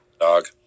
Dog